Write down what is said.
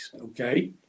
okay